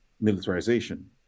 militarization